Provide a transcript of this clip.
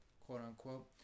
quote-unquote